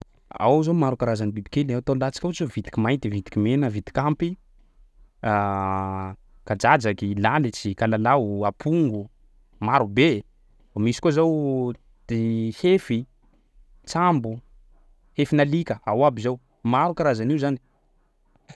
Ao zao maro karazany bibikely, atao alantsika ohatsy hoe vitiky mainty, vitiky mena, vitiky ampy, kadradraky, lalitsy, kalalao, apongo, marobe. Misy koa zao hefy, trambo, hefinalika ao aby zao maro karazany io zany.